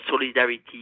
solidarity